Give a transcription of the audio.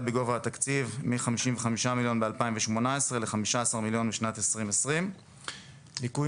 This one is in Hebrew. בגובה התקציב מ-55 מיליון ב-2018 ל-15 מיליון בשנת 2020. ליקוי